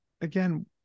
Again